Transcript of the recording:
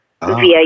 via